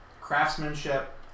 craftsmanship